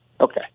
Okay